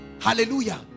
Hallelujah